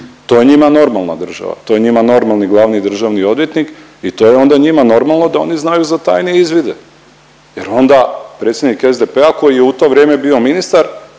To je njima normalna država, to je njima normalni glavni državni odvjetnik i to onda njima normalno da oni znaju za tajne izvide jer onda predsjednik SDP-a koji je u to vrijeme bio ministar